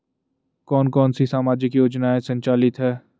कौन कौनसी सामाजिक योजनाएँ संचालित है?